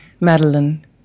Madeline